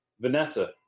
Vanessa